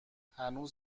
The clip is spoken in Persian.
هنوز